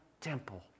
temple